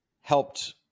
helped